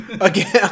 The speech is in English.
Again